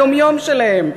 ליום-יום שלהם.